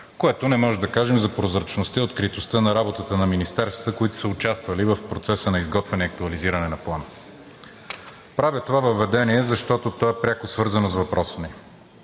което не можем да кажем за прозрачността и откритостта на работата на министерствата, които са участвали в процеса на изготвяне и актуализиране на Плана. Правя това въведение, защото то е пряко свързано с въпроса ми,